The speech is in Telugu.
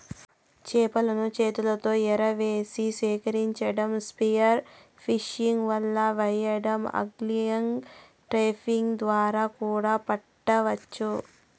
చేపలను చేతితో ఎరవేసి సేకరించటం, స్పియర్ ఫిషింగ్, వల వెయ్యడం, ఆగ్లింగ్, ట్రాపింగ్ ద్వారా కూడా పట్టవచ్చు